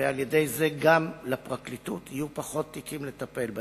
ועל-ידי זה גם לפרקליטות יהיו פחות תיקים לטיפול.